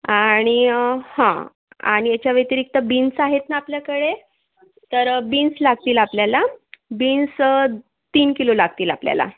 आणि हा आणि याच्याव्यतिरिक्त बिन्स आहेत ना आपल्याकडे तरं बीन्स लागतील आपल्याला बिन्स तीन किलो लागतील आपल्याला